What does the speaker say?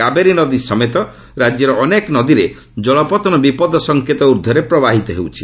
କାବେରୀ ନଦୀ ସମେତ ରାଜ୍ୟର ଅନେକ ନଦୀରେ ଜଳପତନ ବିପଦ ସଙ୍କେତ ଊର୍ଦ୍ଧ୍ୱରେ ପ୍ରବାହିତ ହେଉଛି